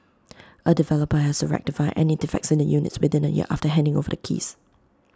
A developer has to rectify any defects in the units within A year after handing over the keys